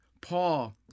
Paul